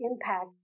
impact